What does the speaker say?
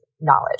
knowledge